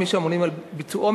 כמי שממונים על ביצועו,